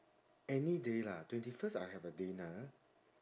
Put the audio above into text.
any day lah twenty first I have a dinner